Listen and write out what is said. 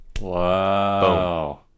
Wow